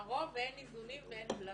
הרוב, אין איזונים ואין בלמים.